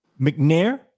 McNair